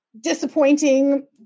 disappointing